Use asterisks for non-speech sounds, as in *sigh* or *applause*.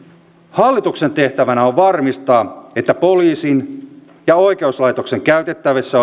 hallituksen tehtävänä on varmistaa että poliisin ja oikeuslaitoksen käytettävissä *unintelligible*